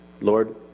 Lord